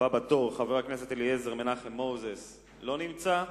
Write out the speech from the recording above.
הבא בתור, חבר הכנסת מנחם אליעזר מוזס, לא נמצא.